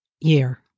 year